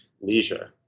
leisure